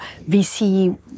VC